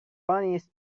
funniest